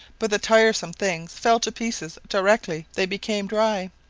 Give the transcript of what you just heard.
but the tiresome things fell to pieces directly they became dry.